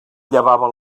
llevava